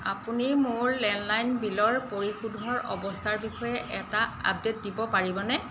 আপুনি মোৰ লেণ্ডলাইন বিলৰ পৰিশোধৰ অৱস্থাৰ বিষয়ে এটা আপডে'ট দিব পাৰিবনে